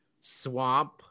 Swamp